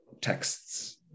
texts